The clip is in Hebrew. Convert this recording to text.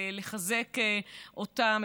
לחזק אותם,